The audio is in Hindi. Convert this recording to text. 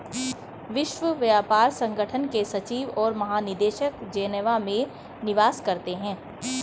विश्व व्यापार संगठन के सचिव और महानिदेशक जेनेवा में निवास करते हैं